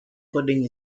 coding